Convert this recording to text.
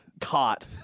caught